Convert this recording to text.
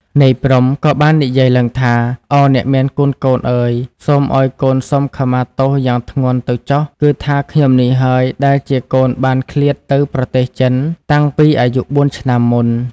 នាយ ព្រហ្ម ក៏បាននិយាយឡើងថា"ឱអ្នកមានគុណកូនអើយ សូមឲ្យកូនសុំខមាទោសយ៉ាងធ្ងន់ទៅចុះ គឺថាខ្ញុំនេះហើយ ដែលជាកូនបានឃ្លាតទៅប្រទេសចិនតាំងពីអាយុបួន ឆ្នាំមុន។